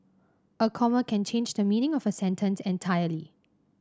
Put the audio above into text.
a comma can change the meaning of a sentence entirely